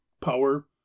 Power